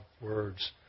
words